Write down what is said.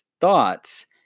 thoughts